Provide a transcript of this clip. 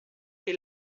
que